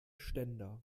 ständer